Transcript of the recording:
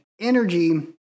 Energy